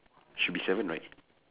should be seven right